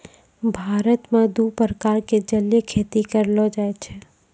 भारत मॅ दू प्रकार के जलीय खेती करलो जाय छै